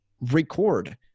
record